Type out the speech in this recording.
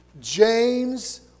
James